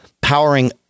powering